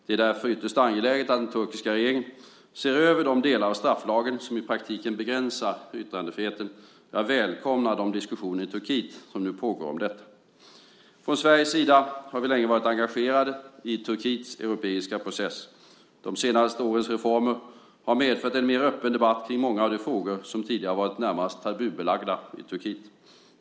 Det är därför ytterst angeläget att den turkiska regeringen ser över de delar av strafflagen som i praktiken begränsar yttrandefriheten. Jag välkomnar de diskussioner i Turkiet som nu pågår om detta. Från Sveriges sida har vi länge varit engagerade i Turkiets europeiska process. De senaste årens reformer har medfört en mer öppen debatt kring många av de frågor som tidigare har varit närmast tabubelagda i Turkiet.